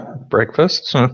Breakfast